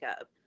up